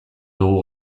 dugu